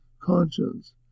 conscience